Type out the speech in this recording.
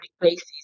places